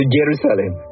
Jerusalem